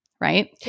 right